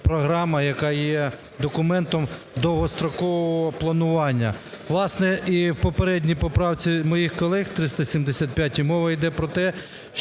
програма, яка є документом довгострокового планування. Власне, і в попередній поправці моїх колег 375-й мова йде про те,